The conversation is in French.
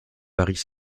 paris